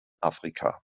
afrika